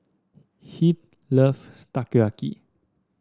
Heath love Takoyaki